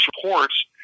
supports